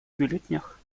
бюллетенях